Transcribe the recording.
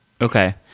Okay